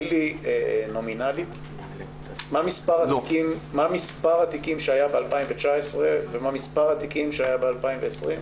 לי נומינלית מה מספר התיקים שהיה ב-2019 ומה מספר התיקים שהיו ב-2020?